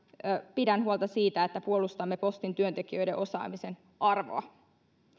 pidän huolta siitä että puolustamme postin työntekijöiden osaamisen arvoa